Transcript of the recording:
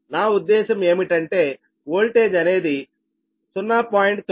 నా ఉద్దేశం ఏమిటంటే వోల్టేజ్ అనేది 0